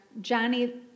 Johnny